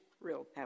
real